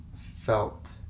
felt